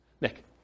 Nick